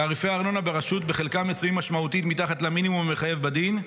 תעריפי הארנונה ברשות בחלקם מצויים משמעותית מתחת למינימום המחייב בדין.